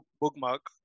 bookmark